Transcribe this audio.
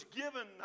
given